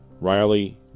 Riley